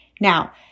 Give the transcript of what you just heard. Now